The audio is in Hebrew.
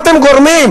מה אתם גורמים?